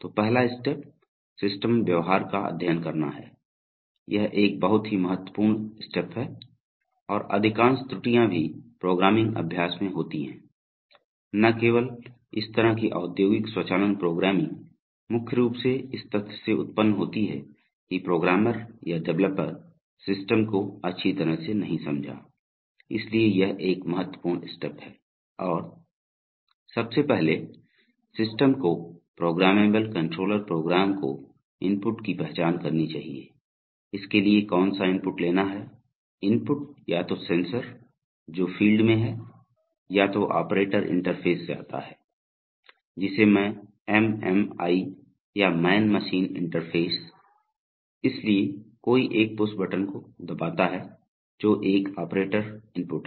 तो पहला steps system व्यवहार का अध्ययन करना है यह एक बहुत ही महत्वपूर्ण स्टेप्स है और अधिकांश त्रुटियां भी प्रोग्रामिंग अभ्यास में होती हैं न केवल इस तरह की औद्योगिक स्वचालन प्रोग्रामिंग मुख्य रूप से इस तथ्य से उत्पन्न होती है कि प्रोग्रामर या डेवलपर सिस्टम को अच्छी तरह से नहीं समझा इसलिए यह एक महत्वपूर्ण स्टेप्स है और सबसे पहले सिस्टम को प्रोग्रामेबल कंट्रोलर प्रोग्राम को इनपुट की पहचान करनी चाहिए इसके लिए कौन सा इनपुट लेना है इनपुट या तो सेंसर जोकि फील्ड में है या तो ऑपरेटर इंटरफ़ेस से आता है जिसे मैं एम् एम् आई या मैन मशीन इंटरफ़ेस इसलिए कोई एक पुशबटन को दबाता है जो एक ऑपरेटर इनपुट है